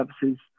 services